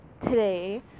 today